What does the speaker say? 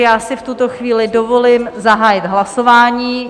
Já si v tuto chvíli dovolím zahájit hlasování.